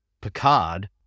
Picard